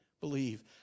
believe